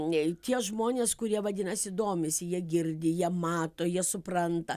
nei tie žmonės kurie vadinasi domisi jie girdi jie mato jie supranta